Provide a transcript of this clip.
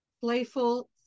playful